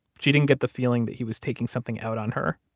she didn't get the feeling that he was taking something out on her.